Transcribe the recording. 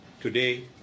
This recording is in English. Today